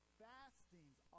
fastings